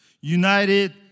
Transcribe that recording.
united